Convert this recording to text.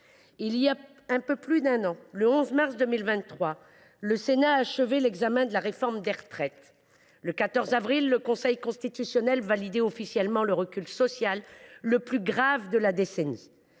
Il y a un peu plus d’un an, le 11 mars 2023, le Sénat achevait l’examen de la réforme des retraites. Le 14 avril de la même année, le Conseil constitutionnel validait officiellement le recul social le plus grave de la décennie.